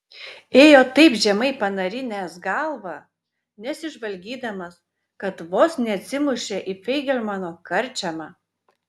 ėjo taip žemai panarinęs galvą nesižvalgydamas kad vos neatsimušė į feigelmano karčiamą